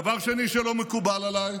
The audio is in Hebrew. דבר שני שלא מקובל עליי,